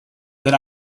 that